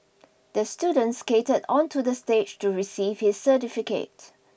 the student skated onto the stage to receive his certificate